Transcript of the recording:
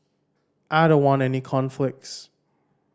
I don't want any conflicts